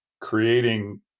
creating